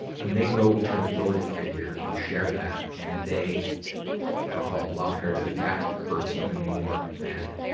when they go to an authority figure and share that and they are called liars, that that hurts even more than